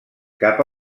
cap